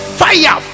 fire